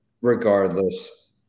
regardless